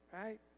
right